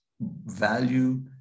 value